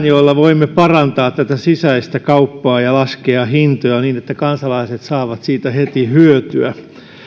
joilla voimme parantaa tätä sisäistä kauppaa ja laskea hintoja niin että kansalaiset saavat siitä heti hyötyä